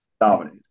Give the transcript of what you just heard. Dominate